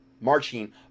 marching